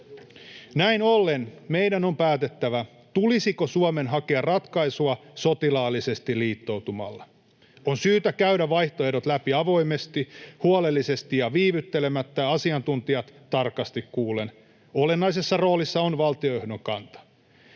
Näin ollen meidän on päätettävä, tulisiko Suomen hakea ratkaisua sotilaallisesti liittoutumalla. On syytä käydä vaihtoehdot läpi avoimesti, huolellisesti ja viivyttelemättä ja asiantuntijat tarkasti kuullen. Olennaisessa roolissa on valtiojohdon kanta.